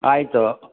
ಆಯಿತು